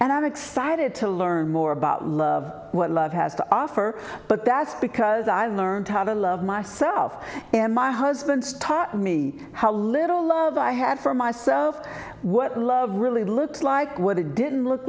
and i'm excited to learn more about love what love has to offer but that's because i learned how to love myself and my husband's taught me how little love i have for myself what love really looks like what it didn't look